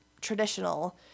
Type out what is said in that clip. traditional